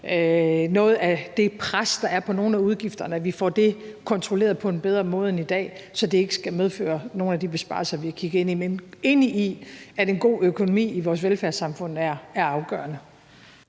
noget af det pres, der er på nogle af udgifterne, på en bedre måde end i dag, så det skal medføre nogle af de besparelser, vi kigger ind i. Men jeg er enig i, at en god økonomi i vores velfærdssamfund er afgørende.